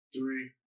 Three